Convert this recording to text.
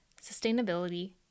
sustainability